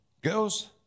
girls